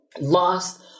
lost